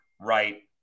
right